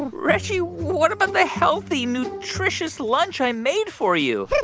reggie, what about the healthy, nutritious lunch i made for you?